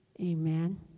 Amen